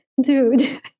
dude